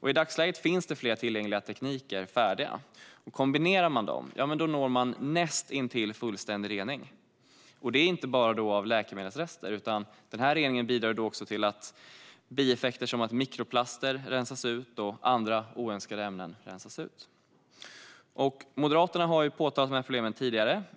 I dagsläget finns flera tillgängliga tekniker, och kombinerar man dem når man näst intill fullständig rening. Det är då inte bara läkemedelsrester som tas bort, utan reningen har också bieffekter som att mikroplaster och andra oönskade ämnen rensas ut. Moderaterna har påtalat de här problemen tidigare.